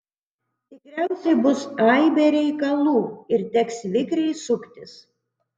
tikriausiai bus aibė reikalų ir teks vikriai suktis